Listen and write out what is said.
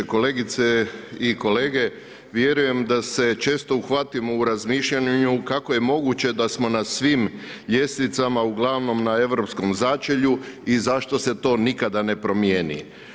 Kolegice i kolege, vjerujem da se često uhvatimo u razmišljanju kako je moguće da smo na svim ljestvicama uglavnom na europskom začelju i zašto se to nikada ne promijeni.